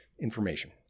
information